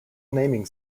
naming